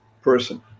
person